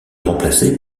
remplacé